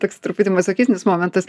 toks truputį masochistinis momentas